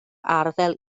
arddel